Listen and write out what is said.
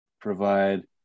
provide